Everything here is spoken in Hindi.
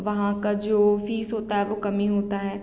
वहाँ का जो फीस होता है वह कम ही होता है